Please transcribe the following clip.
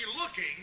looking